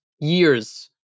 years